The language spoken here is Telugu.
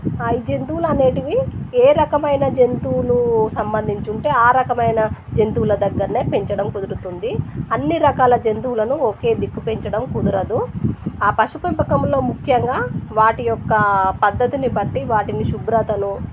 ఆ ఈ జంతువుల అనేవి ఏ రకమైన జంతువులకు సంబంధించి ఉంటే ఆ రకమైన జంతువుల దగ్గర పెంచడం కుదురుతుంది అన్ని రకాల జంతువులను ఒకే దిక్కు పెంచడం కుదరదు ఆ పశు పెంపకంలో ముఖ్యంగా వాటి యొక్క పద్ధతిని బట్టి వాటిని శుభ్రతను